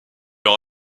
leur